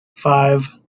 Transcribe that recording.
five